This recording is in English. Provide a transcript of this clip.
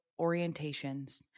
orientations